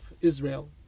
Israel